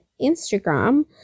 instagram